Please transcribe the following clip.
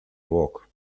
work